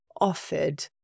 offered